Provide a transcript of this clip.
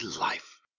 life